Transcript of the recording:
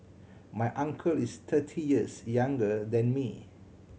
my uncle is thirty years younger than me